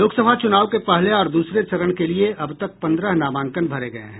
लोकसभा चुनाव के पहले और दूसरे चरण के लिये अब तक पंद्रह नामांकन भरे गये हैं